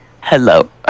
hello